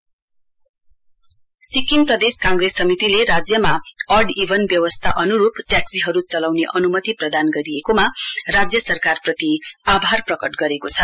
SPCC Sikkim प्रदेश Congress समितिले राज्यमा अड इभन व्यवस्था अनुरूप ट्याक्सीहरू चलाउने अनुमति प्रदान गरेकोमा राज्य सरकारप्रति आभार प्रकट गरेको छ